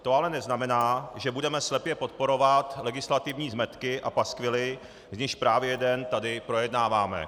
To ale neznamená, že budeme slepě podporovat legislativní zmetky a paskvily, z nichž právě jeden tady projednáváme.